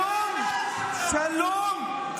שלום,